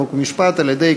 חוק ומשפט על-ידי,